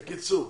בבקשה.